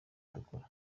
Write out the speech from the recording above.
dukora